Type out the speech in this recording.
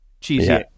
cheesy